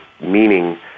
meaning